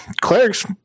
clerics